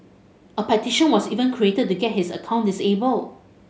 a petition was even created to get his account disabled